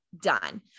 done